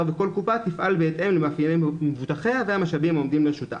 שכל קופה תפעל בהתאם למאפייני מבוטחיה והמשאבים העומדים לרשותה.